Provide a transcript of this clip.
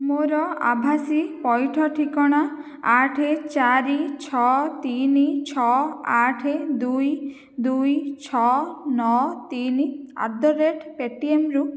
ମୋର ଆଭାସୀ ପଇଠ ଠିକଣା ଆଠ ଚାରି ଛଅ ତିନି ଛଅ ଆଠ ଦୁଇ ଦୁଇ ଛଅ ନଅ ତିନି ଆଟ୍ ଦ ରେଟ୍ ପେଟିଏମ୍ରୁ